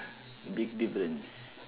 big difference